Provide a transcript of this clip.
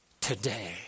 today